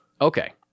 Okay